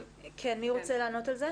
כן, מי רוצה לענות על זה?